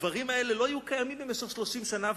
הדברים האלה לא היו קיימים במשך 30 שנה,